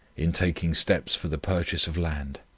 in taking steps for the purchase of land.